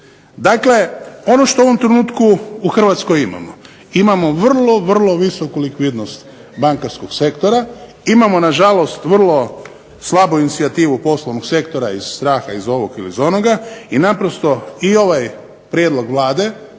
Dakle, ono što u ovom trenutku u Hrvatskoj imamo, imamo vrlo vrlo visoku likvidnost bankarskog sektora, imamo nažalost vrlo slabu inicijativu poslovnog sektora iz straha, iz ovog ili iz onoga i naprosto i ovaj prijedlog Vlade,